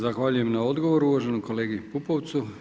Zahvaljujem na odgovoru uvaženom kolegi Pupovcu.